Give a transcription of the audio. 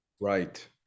right